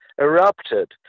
erupted